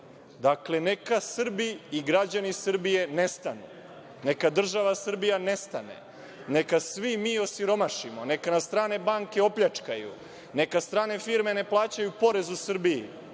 Dakle, neka Srbi i građani Srbije nestanu. Neka država Srbije nestane. Neka svi mi osiromašimo. Neka nas strane banke opljačkaju. Neka strane firme ne plaćaju porez u Srbiji